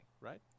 right